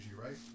right